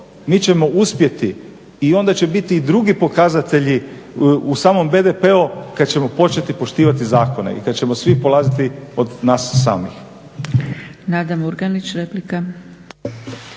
mi ćemo uspjeti i onda će biti drugi pokazatelji u samom BDP-u kada ćemo početi poštivati zakona i kada ćemo svi polaziti od nas samih.